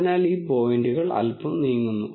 അതിനാൽ ഈ പോയിന്റുകൾ അല്പം നീങ്ങുന്നു